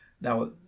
Now